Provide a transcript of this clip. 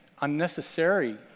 unnecessary